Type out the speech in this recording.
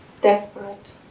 Desperate